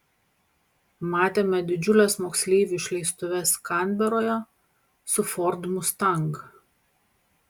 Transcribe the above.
matėme didžiules moksleivių išleistuves kanberoje su ford mustang